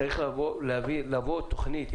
צריך לבוא עם תוכנית.